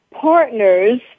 partners